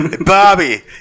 Bobby